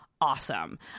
awesome